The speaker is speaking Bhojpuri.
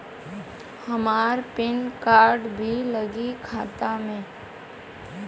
हमार पेन कार्ड भी लगी खाता में?